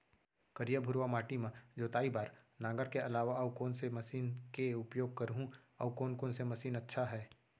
करिया, भुरवा माटी म जोताई बार नांगर के अलावा अऊ कोन से मशीन के उपयोग करहुं अऊ कोन कोन से मशीन अच्छा है?